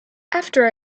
after